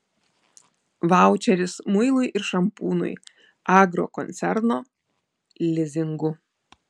vaučeris muilui ir šampūnui agrokoncerno lizingu